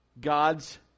God's